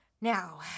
Now